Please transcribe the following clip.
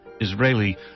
Israeli